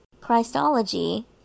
Christology